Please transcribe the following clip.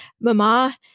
Mama